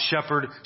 shepherd